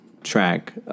Track